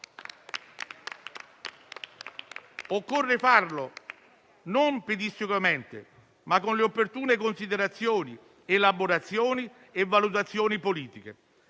Occorre farlo non pedissequamente, ma con le opportune considerazioni, elaborazioni e valutazioni politiche,